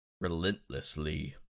relentlessly